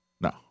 No